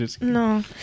No